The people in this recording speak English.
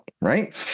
right